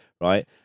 right